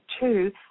two